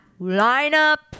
lineup